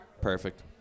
Perfect